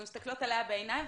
אנחנו מסתכלות עליה בעיניים,